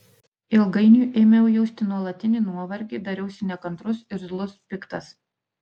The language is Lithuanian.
ilgainiui ėmiau jausti nuolatinį nuovargį dariausi nekantrus irzlus piktas